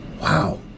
Wow